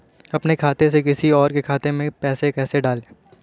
अपने खाते से किसी और के खाते में पैसे कैसे डालें?